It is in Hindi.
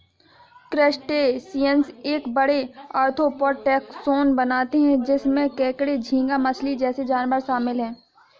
क्रस्टेशियंस एक बड़े, आर्थ्रोपॉड टैक्सोन बनाते हैं जिसमें केकड़े, झींगा मछली जैसे जानवर शामिल हैं